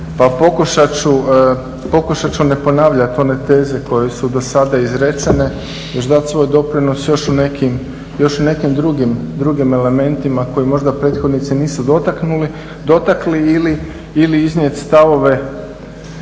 pokušat ću ne ponavljat one teze koje su dosada izrečene već dati svoj doprinos još u nekim drugim elementima koje možda prethodnici nisu dotakli ili iznijeti stavove